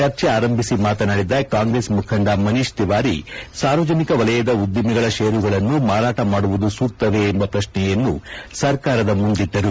ಚರ್ಚೆಯನ್ನು ಆರಂಭಿಸಿ ಮಾತನಾಡಿದ ಕಾಂಗ್ರೆಸ್ ಮುಖಂಡ ಮನೀಷ್ ತಿವಾರಿ ಸಾರ್ವಜನಿಕ ವಲಯದ ಉದ್ದಿಮೆಗಳ ಷೇರುಗಳನ್ನು ಮಾರಾಟ ಮಾಡುವುದು ಸೂಕ್ತವೇ ಎಂಬ ಪ್ರಶ್ನೆಯನ್ನು ಸರ್ಕಾರದ ಮುಂದಿಟ್ಟರು